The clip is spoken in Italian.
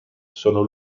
sono